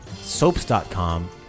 Soaps.com